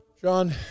John